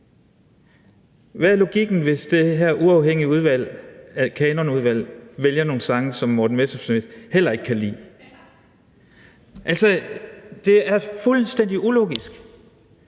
Hvad er logikken, hvis det her uafhængige kanonudvalg vælger nogle sange, som hr. Morten Messerschmidt heller ikke kan lide? Det er fuldstændig ulogisk.